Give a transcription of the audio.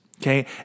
Okay